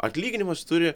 atlyginimas turi